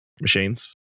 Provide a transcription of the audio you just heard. machines